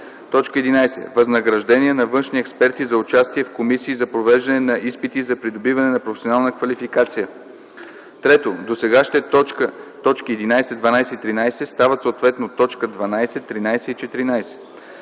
11: „11. възнаграждения на външни експерти за участие в комисии за провеждане на изпити за придобиване на професионална квалификация;” 3. Досегашните т. 11, 12 и 13 стават съответно т. 12, 13 и 14.